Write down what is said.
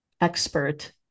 expert